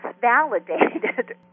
validated